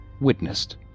witnessed